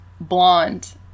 blonde